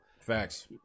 facts